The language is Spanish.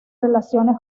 relaciones